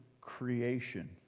creation